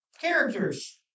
characters